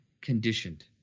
conditioned